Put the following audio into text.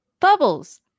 Bubbles